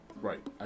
Right